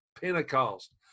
Pentecost